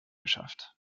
geschafft